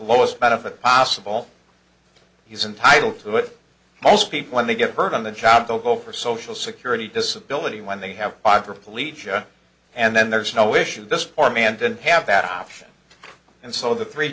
lowest benefit possible he's entitled to it most people when they get hurt on the job they'll go for social security disability when they have five for police and then there's no issue this or man didn't have that option and so the three